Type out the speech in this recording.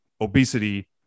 obesity